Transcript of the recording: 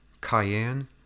Cayenne